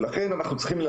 ולכן אנחנו צריכים,